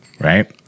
right